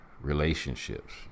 relationships